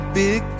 big